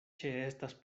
ĉeestas